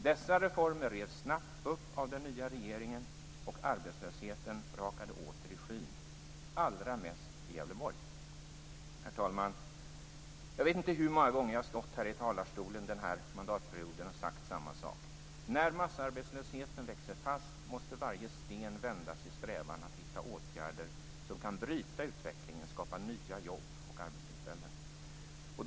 Dessa reformer revs snabbt upp av den nya regeringen, och arbetslösheten rakade åter i skyn - allra mest i Gävleborg. Herr talman! Jag vet inte hur många gånger jag har stått här i talarstolen den här mandatperioden och sagt samma sak. När massarbetslösheten växer fast måste varje sten vändas i strävan att hitta åtgärder som kan bryta utvecklingen och skapa nya jobb och arbetstillfällen.